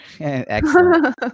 Excellent